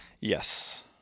Yes